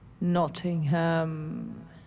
Nottingham